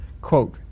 quote